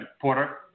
Porter